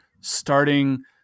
starting